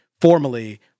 formally